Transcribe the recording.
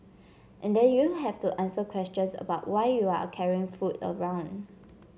and then you have to answer questions about why you are carrying food around